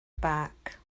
back